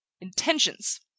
Intentions